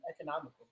economical